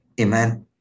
Amen